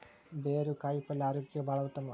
ಬೇರು ಕಾಯಿಪಲ್ಯ ಆರೋಗ್ಯಕ್ಕೆ ಬಹಳ ಉತ್ತಮ